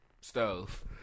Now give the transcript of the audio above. stove